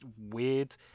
weird